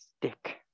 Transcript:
stick